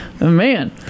Man